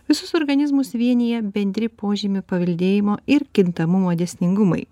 visus organizmus vienija bendri požymių paveldėjimo ir kintamumo dėsningumai